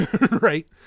Right